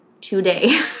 today